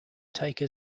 take